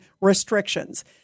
restrictions